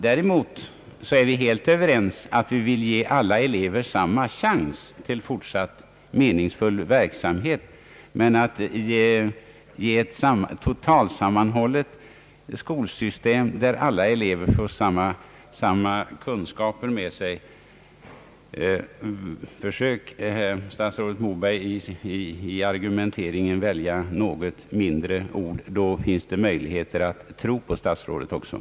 Däremot är vi helt överens om att vi vill ge alla elever samma chans till fortsatt meningsfull verksamhet. Men ett totalsammanhållet skolsystem, där alla elever får samma kunskaper med sig, är en omöjlighet. Försök, herr statsrådet Moberg, att i argumenteringen välja något mindre ord! Då finns det möjlighet att tro på statsrådet också.